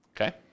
Okay